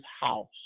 house